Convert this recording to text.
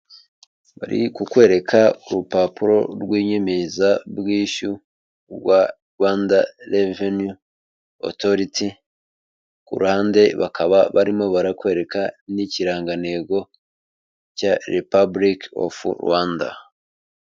Bari kukwereka urupapuro rw'inyemezabwishyu rwa Rwanda Revenue Authority, ku ruhande bakaba barimo barakwereka n'ikirangantego cya Republic of Rwanda.